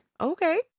okay